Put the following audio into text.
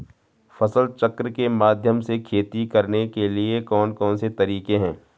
फसल चक्र के माध्यम से खेती करने के लिए कौन कौन से तरीके हैं?